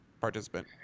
participant